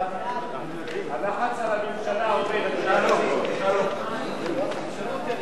ההצעה להעביר את הצעת חוק שוויון